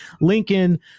Lincoln